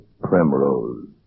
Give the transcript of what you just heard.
Primrose